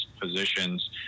positions